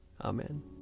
Amen